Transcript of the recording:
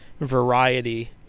variety